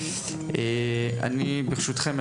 ברשותכם,